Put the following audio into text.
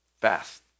Fast